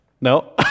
No